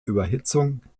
überhitzung